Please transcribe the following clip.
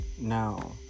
Now